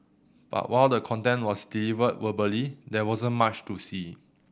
but while the content was delivered verbally there wasn't much to see